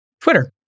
Twitter